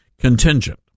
contingent